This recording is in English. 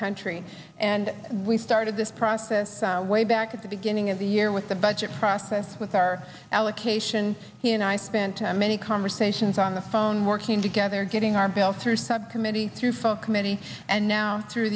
country and we started this process way back at the beginning of the year with the budget process with our allocation he and i spent many conversations on the phone working together getting our bills through subcommittee through folk miti and now through